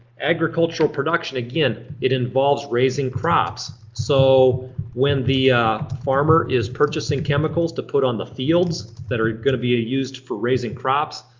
agricultural production, again, it involves raising crops. so when the farmer is purchasing chemicals to put on the fields that are gonna be used for raising crops,